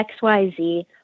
XYZ